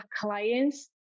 clients